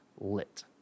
lit